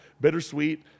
bittersweet